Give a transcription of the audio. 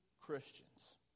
Christians